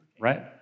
Right